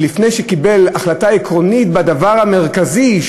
לפני שקיבל החלטה עקרונית בדבר המרכזי,